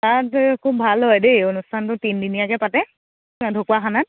তাত খুব ভাল হয় দেই অনুষ্ঠানটো তিনিদিনীয়াকৈ পাতে ঢকুৱাখানাত